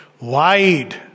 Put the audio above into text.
Wide